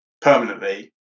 permanently